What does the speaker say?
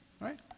right